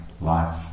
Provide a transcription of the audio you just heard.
life